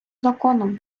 законом